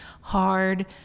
hard